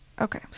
okay